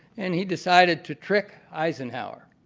and he decided to trick eisenhower.